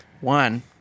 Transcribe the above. one